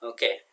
Okay